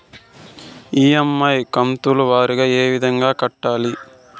EMI కంతుల వారీగా ఏ విధంగా కట్టాలి